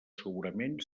segurament